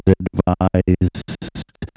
advised